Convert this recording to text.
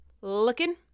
looking